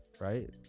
right